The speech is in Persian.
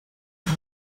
این